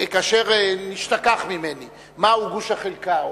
כאשר נשתכח ממני מהו גוש החלקה,